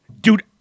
Dude